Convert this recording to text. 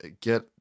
Get